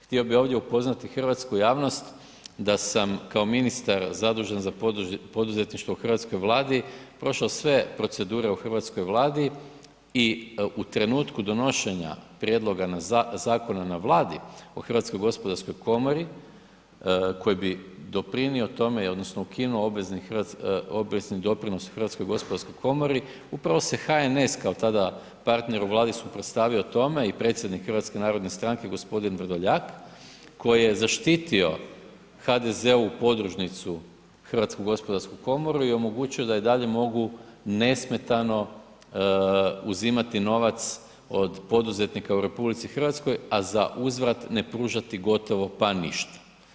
Htio bih ovdje upoznati hrvatsku javnost da sam kao ministar zadužen za poduzetništvo u hrvatskoj Vladi prošao sve procedure u hrvatskoj Vladi i u trenutku donošenja prijedloga zakona na Vladi o HGK-u koji bi doprinio tome odnosno ukinuo obvezni doprinos HGK-u upravo se HNS kao tada partner u Vladi suprotstavio tome i predsjednik HNS-a g. Vrdoljak koji je zaštitio HDZ-ovu podružnicu HGK i omogućio da i dalje mogu nesmetano uzimati novac od poduzetnika u RH a za uzvrat ne pružati gotovo pa ništa.